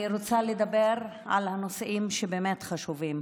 אני רוצה לדבר על הנושאים שבאמת חשובים.